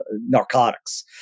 narcotics